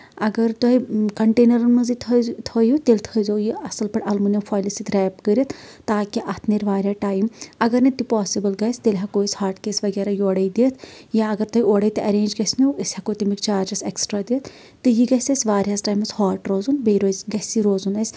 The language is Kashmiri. اَگر تۄہہ کنٹینرَن منٛزٕے تھٲوو تیٚلہِ تھٲیٚزیٚو یہِ اَصٕل پٲٹھۍ الموٗنِیم فویلہِ سۭتۍ ریپ کٔرِتھ تاکہِ اَتھ نیرِ واریاہ ٹایم اَگر نہٕ تہِ پاسِبٕل گژھِ تیلہِ ہٮ۪کو أسۍ ہاٹ کیس وغیرہ یوڑے دِتھ یا اَگر تۄہہ اوڑے تہِ ارینٛج گژھِ نو أسۍ ہٮ۪کو تَمِکۍ چارجز اٮ۪کٕسٹرا دِتھ یہِ گژھِ اَسہِ واریاہَس ٹایمَس ہاٹ روزُن بیٚیہِ گژھِ یہِ روزُن اَسہِ